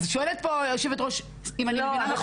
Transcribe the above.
אז שואלת פה יושבת הראש, אם אני מבינה נכון